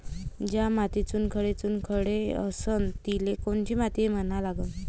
ज्या मातीत चुनखडे चुनखडे असन तिले कोनची माती म्हना लागन?